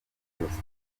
virusi